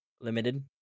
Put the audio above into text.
Limited